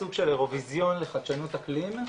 סוג של אירוויזיון לחדשנות אקלימית,